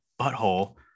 butthole